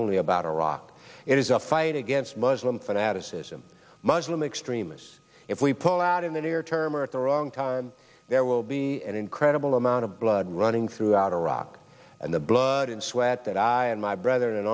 only about iraq it is a fight against muslim fanaticism muslim extremists if we pull out in the near term or at the wrong time there will be an incredible amount of blood running throughout iraq and the blood and sweat that i and my brother